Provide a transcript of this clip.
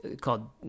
called